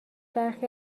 برخی